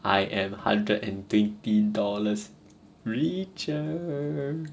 I am a hundred and twenty dollars richer